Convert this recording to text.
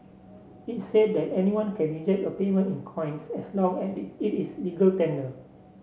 it said that anyone can reject a payment in coins as long as it is legal tender